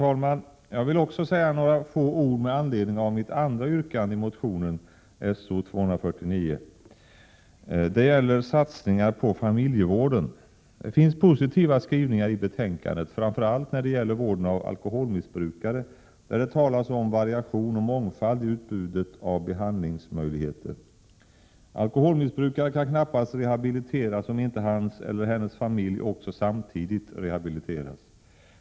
Jag vill också säga några få ord med anledning av mitt andra yrkande i motion §0249. Den gäller satsningar på familjevården. Det finns positiva skrivningar i betänkandet, framför allt när det gäller vården av alkoholmissbrukare, där det talas om variation och mångfald i utbudet av behandlingsmöjligheter. Alkoholmissbrukare kan knappast rehabiliteras om inte hans eller hennes familj också samtidigt rehabiliteras.